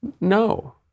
No